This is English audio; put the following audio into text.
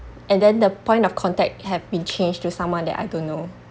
and then the point of contact have been changed to someone that I don't know